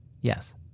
Yes